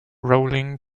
rowling